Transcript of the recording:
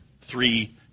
three